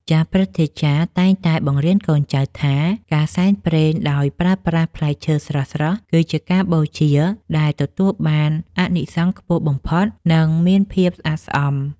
ចាស់ព្រឹទ្ធាចារ្យតែងតែបង្រៀនកូនចៅថា ការសែនព្រេនដោយប្រើប្រាស់ផ្លែឈើស្រស់ៗគឺជាការបូជាដែលទទួលបានអានិសង្សខ្ពស់បំផុត និងមានភាពស្អាតស្អំ។